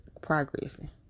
progressing